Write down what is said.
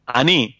ani